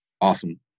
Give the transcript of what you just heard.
Awesome